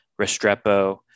Restrepo